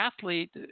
athlete